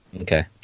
Okay